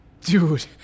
dude